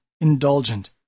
indulgent